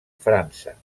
frança